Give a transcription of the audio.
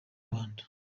rwanda